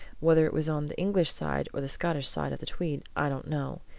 whether it was on the english side or the scottish side of the tweed i don't know.